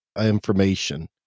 information